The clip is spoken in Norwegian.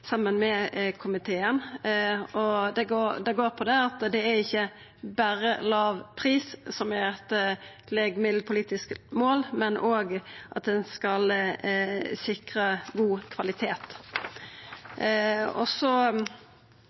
saman med komiteen. Det går på at det er ikkje berre låg pris som er eit legemiddelpolitisk mål, men òg at ein skal sikra god kvalitet.